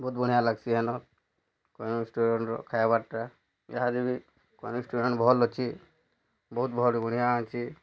ବହୁତ୍ ବଢ଼ିଆଁ ଲାଗ୍ସି ହେନ ରେଷ୍ଟୁରାଣ୍ଟ୍ର ଖାଇବାର୍ଟା ଇହା ଯେ ବି ଅନେକ ରେଷ୍ଟୁରାଣ୍ଟ୍ ଭଲ୍ ଅଛି ବହୁତ ଭଲ୍ ବଢ଼ିଆଁ ଅଛି